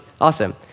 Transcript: Awesome